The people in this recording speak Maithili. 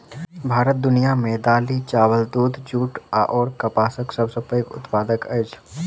भारत दुनिया मे दालि, चाबल, दूध, जूट अऔर कपासक सबसे पैघ उत्पादक अछि